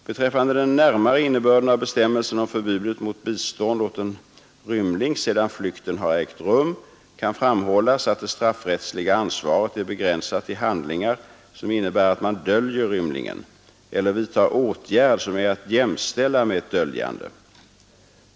Beträffande den närmare innebörden av bestämmelsen om förbudet mot bistånd åt en rymling sedan flykten har ägt rum kan framhållas att det straffrättsliga ansvaret är begränsat till handlingar som innebär att man döljer rymlingen eller vidtar åtgärd som är att jämställa med ett döljande.